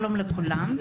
שלום לכולם,